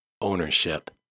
ownership